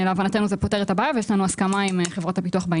להבנתנו זה פותר את הבעיה ובעניין הזה יש לנו הסכמה עם חברות הביטוח.